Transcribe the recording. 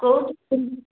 କୋଉଠୁ କିଣି